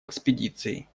экспедицией